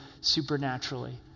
supernaturally